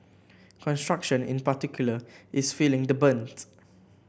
construction in particular is feeling the brunts